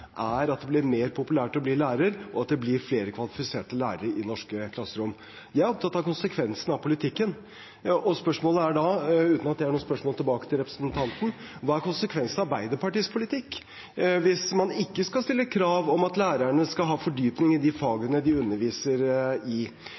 er at det blir mer populært å bli lærer, og det blir flere kvalifiserte lærere i norske klasserom. Jeg er opptatt av konsekvensene av politikken. Spørsmålet er da, uten at det er noe spørsmål tilbake til representanten: Hva er konsekvensene av Arbeiderpartiets politikk, hvis man ikke skal stille krav om at lærerne skal ha fordypning i de